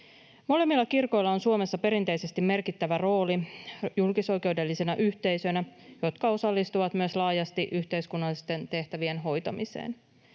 Molemmilla kirkoilla on Suomessa perinteisesti merkittävä rooli julkisoikeudellisina yhteisöinä, jotka osallistuvat laajasti myös yhteiskunnallisten tehtävien hoitamiseen.